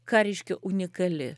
ką reiškia unikali